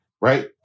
right